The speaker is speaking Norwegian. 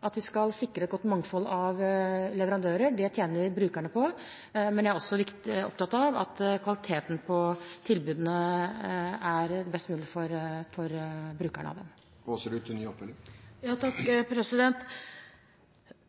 at vi skal sikre et godt mangfold av leverandører – det tjener brukerne på – men jeg er også opptatt av at kvaliteten på tilbudene er best mulig for brukerne av dem.